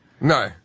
No